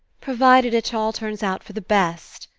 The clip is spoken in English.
provided it all turns out for the best,